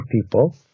people